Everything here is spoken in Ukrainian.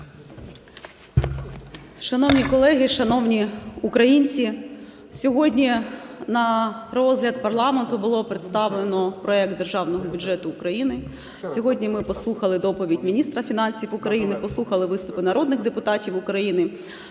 Шановні колеги, шановні українці! Сьогодні на розгляд парламенту було представлено проект Державного бюджету України. Сьогодні ми послухали доповідь міністра фінансів України, послухали виступи народних депутатів України,